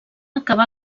acabà